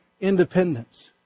independence